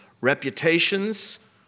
reputations